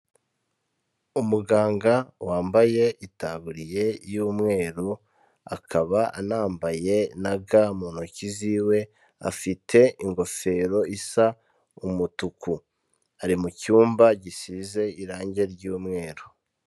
Umuganga wambaye itaburiye y'umweru, akaba anambaye na ga mu ntoki ziwe, afite ingofero isa umutuku. Ari mu cyumba gisize irange ry'umweru.